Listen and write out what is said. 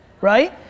right